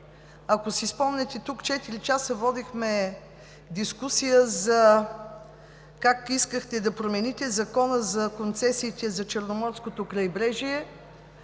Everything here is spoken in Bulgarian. Ако си спомняте, тук четири часа водихме дискусия за това как искахте да промените Закона за концесиите, за Черноморското крайбрежие